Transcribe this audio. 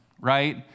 right